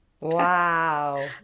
Wow